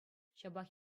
ҫапах